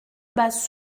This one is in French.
bas